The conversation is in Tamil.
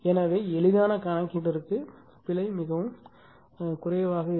எனவே எளிதான கணக்கீட்டிற்கு பிழை மிகவும் குறைவாக இருக்கும்